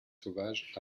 sauvages